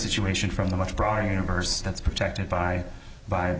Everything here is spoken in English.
situation from the much broader universe that's protected by by